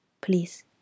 Please